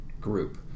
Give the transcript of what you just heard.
group